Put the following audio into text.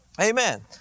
Amen